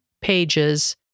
pages